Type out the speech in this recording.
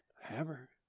hammer